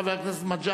חבר הכנסת מג'אדלה,